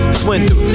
swindle